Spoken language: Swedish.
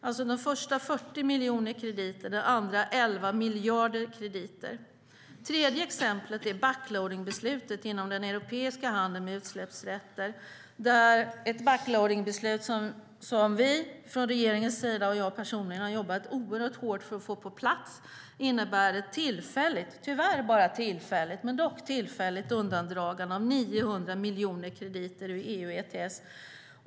Det första gällde alltså 40 miljoner krediter och det andra elva miljarder krediter. Mitt tredje exempel är backloadingbeslutet inom den europeiska handeln med utsläppsrätter. Det beslutet har vi från regeringens sida och jag personligen jobbat oerhört hårt för att få på plats. Beslutet innebär ett tillfälligt - tyvärr bara tillfälligt, men ändock - undandragande av 900 miljoner krediter ur EU ETS.